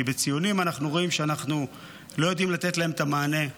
בציונים אנחנו רואים שאנחנו לא יודעים לתת להם את המענה.